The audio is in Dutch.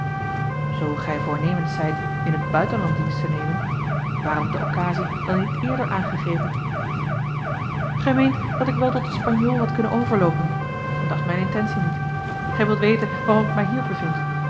zoo gij voornemens zijt in t buitenland dienst te nemen waarom de occasie dan niet eerder aangegrepen gij meent dat ik wel tot den spagnool had kunnen overloopen at s mijne intentie niet gij wilt weten waarom ik mij hier bevind